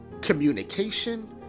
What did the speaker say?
communication